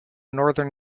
northern